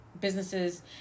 businesses